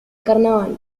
carnaval